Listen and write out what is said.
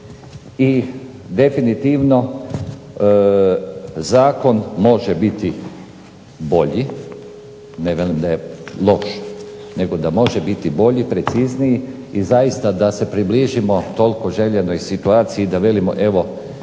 I definitivno zakon može biti bolji, ne velim da je loš nego da može biti bolji, precizniji i zaista da se približimo toliko željenoj situaciji da velimo evo